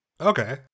Okay